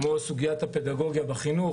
כמו סוגיית הפדגוגיה בחינוך,